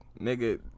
nigga